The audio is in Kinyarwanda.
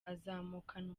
azamukana